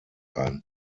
ein